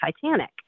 Titanic